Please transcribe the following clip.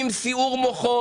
עם סיעור מוחות.